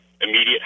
immediate